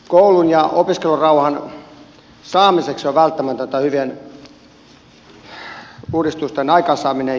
koulun ja opiskelurauhan saamiseksi on välttämätöntä hyvien uudistusten aikaansaaminen